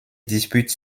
dispute